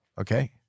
okay